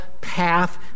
path